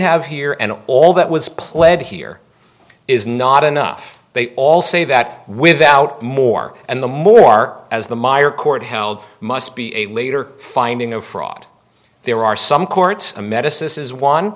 have here and all that was pled here is not enough they all say that without more and the more as the meyer court held must be a later finding of fraud there are some courts a medicine is one